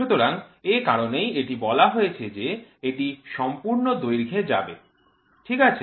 সুতরাং এ কারণেই এটি বলা হয়েছে যে এটি সম্পূর্ণ দৈর্ঘ্যে যাবে ঠিক আছে